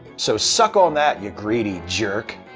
so suck on that, ya greedy jerk.